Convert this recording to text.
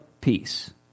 peace